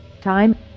Time